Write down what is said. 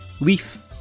Leaf